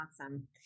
Awesome